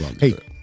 hey